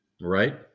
Right